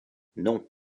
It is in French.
non